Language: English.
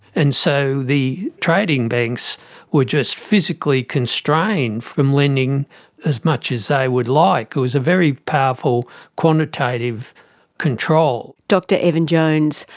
and so the trading banks were just physically constrained from lending as much as they would like. it was a very powerful quantitative control. dr evan jones,